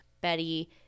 Betty